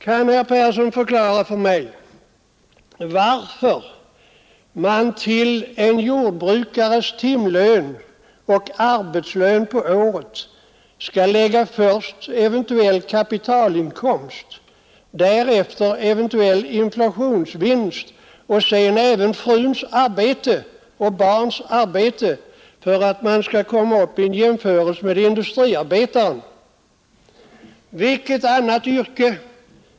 Kan då herr Persson förklara för mig varför man till en jordbrukares årslön först skall lägga eventuell kapitalinkomst, därefter eventuell inflationsvinst och sedan även hustruns och barnens arbete för att komma upp i en jämförelse med industriarbetarens årslön?